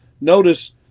notice